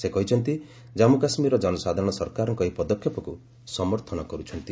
ସେ କହିଛନ୍ତି ଜମ୍ମୁ କାଶ୍ମୀରର ଜନସାଧାରଣ ସରକାରଙ୍କ ଏହି ପଦକ୍ଷେପକୁ ସମର୍ଥନ କର୍ରଛନ୍ତି